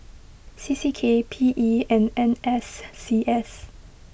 C C K P E and N S C S